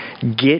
get